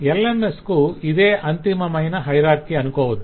LMS కు ఇదే అంతిమమైన హయరార్కి అనుకోవద్దు